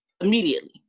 immediately